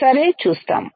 సరే చూస్తాము